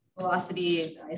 velocity